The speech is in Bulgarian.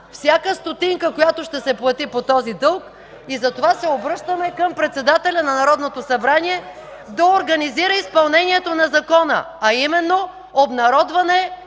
всяка стотинка, която ще се плати по този дълг, и затова се обръщаме към председателя на Народното събрание да организира изпълнението на закона, а именно обнародване